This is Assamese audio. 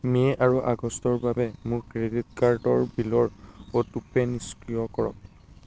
মে' আৰু আগষ্টৰ বাবে মোৰ ক্ৰেডিট কাৰ্ডৰ বিলৰ অটোপে' নিষ্ক্ৰিয় কৰক